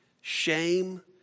shame